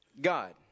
God